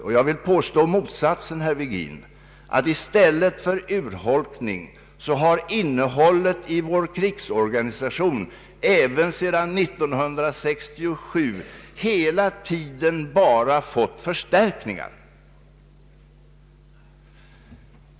Jag vill påstå motsatsen, herr Vigin. I stället för urholkning har innehållet i vår krigsorganisation även sedan 1967 hela tiden fått förstärkningar.